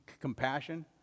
compassion